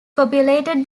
populated